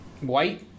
white